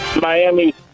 Miami